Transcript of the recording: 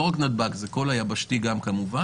לא רק נתב"ג, זה כל היבשתי גם כמובן,